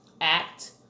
act